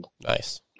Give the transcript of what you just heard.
Nice